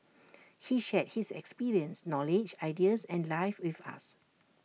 he shared his experience knowledge ideas and life with us